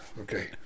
Okay